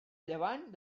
llevant